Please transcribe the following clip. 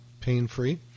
pain-free